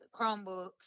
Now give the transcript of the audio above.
Chromebooks